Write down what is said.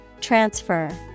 Transfer